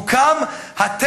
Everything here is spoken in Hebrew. בעזרת השם.